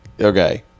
okay